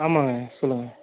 ஆமாம்ங்க சொல்லுங்கள்